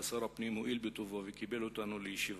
שר הפנים הואיל בטובו וקיבל אותנו לישיבה.